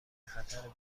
خطر